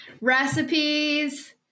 Recipes